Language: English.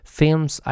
films